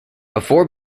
before